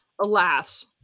Alas